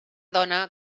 dona